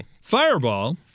Fireball